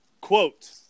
Quote